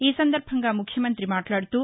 ఈ సందర్భంగా ముఖ్యమంతి మాట్లాడుతూ